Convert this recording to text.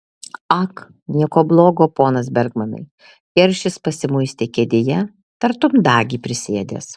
ag nieko blogo ponas bergmanai keršis pasimuistė kėdėje tartum dagį prisėdęs